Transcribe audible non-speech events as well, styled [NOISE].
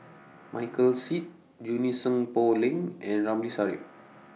[NOISE] Michael Seet Junie Sng Poh Leng and Ramli Sarip